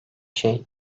şey